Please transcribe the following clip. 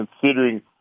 considering